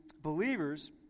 believers